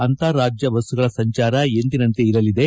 ಅಂತರ್ ರಾಜ್ಯ ಬಸ್ಸುಗಳ ಸಂಚಾರ ಎಂದಿನಂತೆ ಇರಲಿದೆ